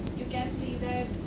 you can see